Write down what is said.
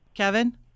Kevin